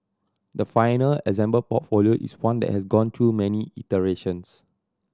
the final assembled portfolio is one that has gone through many iterations